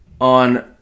on